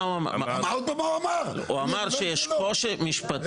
הוא אמר שיש קושי משפטי משמעותי.